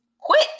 quit